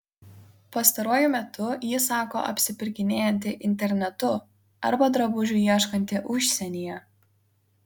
pastaruoju metu ji sako apsipirkinėjanti internetu arba drabužių ieškanti užsienyje